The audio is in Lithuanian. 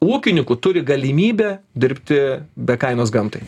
ūkininkų turi galimybę dirbti be kainos gamtai